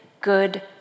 good